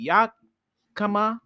Yakama